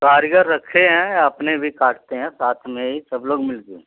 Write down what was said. कारीगर रखे हैं अपने भी काटते हैं साथ में ही सब लोग मिल के